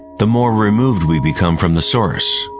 the more removed we become from the source.